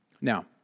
Now